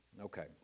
Okay